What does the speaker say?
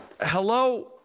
hello